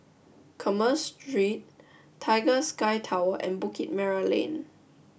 Commerce Street Tiger Sky Tower and Bukit Merah Lane